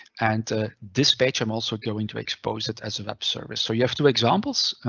and this page i'm also going to expose it as a web service. so you have two examples,